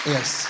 Yes